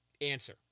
answer